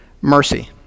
mercy